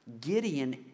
Gideon